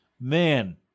Man